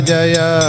Jaya